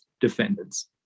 defendants